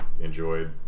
enjoyed